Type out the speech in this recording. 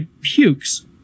pukes